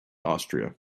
australia